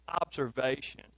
observation